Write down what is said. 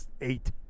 eight